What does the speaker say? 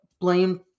blame